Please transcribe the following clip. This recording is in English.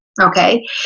Okay